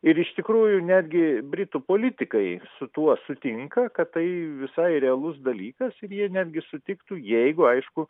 ir iš tikrųjų netgi britų politikai su tuo sutinka kad tai visai realus dalykas ir jie netgi sutiktų jeigu aišku